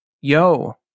Yo